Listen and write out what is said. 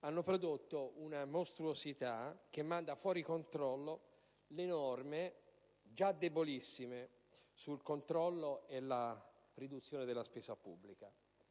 hanno prodotto una mostruosità che manda fuori controllo le norme già debolissime sul controllo e la riduzione della spesa pubblica.